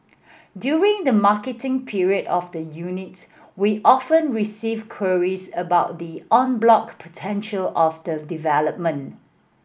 during the marketing period of the units we often receive queries about the en bloc potential of the development